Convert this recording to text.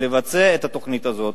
לבצע את התוכנית הזו.